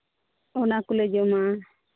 ᱚᱱᱟ ᱠᱚᱞᱮ ᱡᱚᱢᱟ